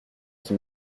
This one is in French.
qui